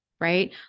right